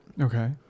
Okay